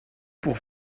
pour